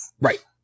Right